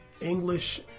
English